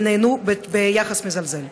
ונענו ביחס מזלזל.